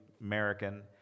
American